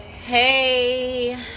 Hey